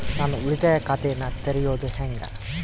ನಾನು ಉಳಿತಾಯ ಖಾತೆಯನ್ನ ತೆರೆಯೋದು ಹೆಂಗ?